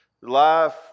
life